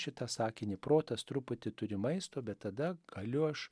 šitą sakinį protas truputį turi maisto bet tada galiu aš